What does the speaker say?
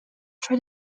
try